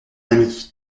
ami